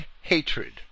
hatred